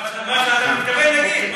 מה שאתה מתכוון להגיד,